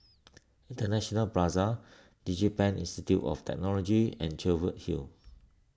International Plaza DigiPen Institute of Technology and Cheviot Hill